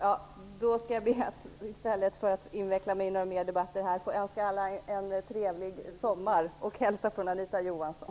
Fru talman! I stället för att inveckla mig i några mer debatter här skall jag be att få önska er alla en trevlig sommar och hälsar från Anita Johansson.